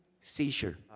seizure